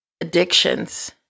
addictions